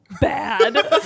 Bad